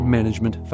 Management